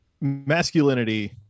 masculinity